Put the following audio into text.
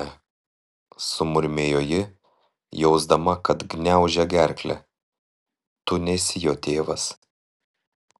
ne sumurmėjo ji jausdama kad gniaužia gerklę tu nesi jo tėvas